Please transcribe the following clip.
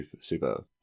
super